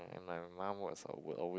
and my mum was a~ will always